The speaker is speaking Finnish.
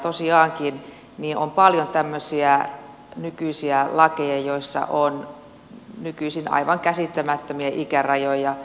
tosiaankin on paljon tämmöisiä nykyisiä lakeja joissa on nykyisin aivan käsittämättömiä ikärajoja